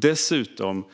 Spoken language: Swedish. Dessutom